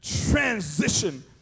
transition